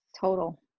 Total